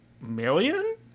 million